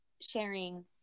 sharing